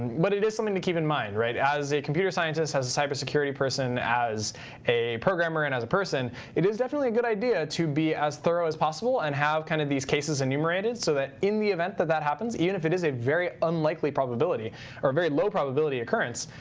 but it is something to keep in mind. as a computer scientist, as a cybersecurity person, as a programmer and as a person, it is definitely a good idea to be as thorough as possible and have kind of these cases enumerated so that in the event that that happens, even if it is a very unlikely probability or a very low probability occurrence,